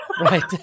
Right